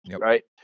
right